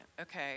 Okay